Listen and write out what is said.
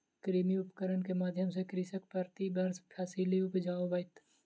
कृषि उपकरण के माध्यम सॅ कृषक प्रति वर्ष फसिल उपजाबैत अछि